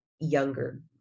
younger